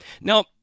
Now